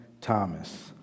Thomas